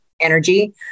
energy